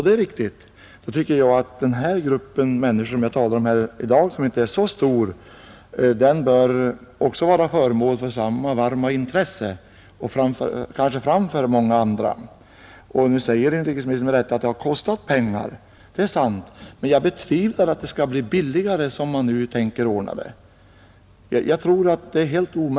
Det är riktigt, och jag tycker då att den grupp av människor som jag talar om i dag, och som inte är så stor, också bör vara föremål för samma varma intresse, kanske före många andra grupper. Nu säger inrikesministern att detta har kostat mycket pengar. Det är sant, men jag betvivlar att det blir billigare som man nu tänker ordna det.